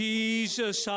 Jesus